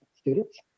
students